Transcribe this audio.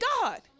God